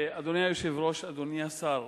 אדוני היושב-ראש, אדוני השר,